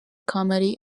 comedy